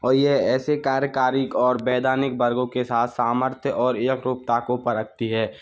और ये ऐसे कार्यकारिक और वैधानिक वर्गो के साथ सामर्थ्य और एकरूपता को परखती है